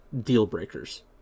deal-breakers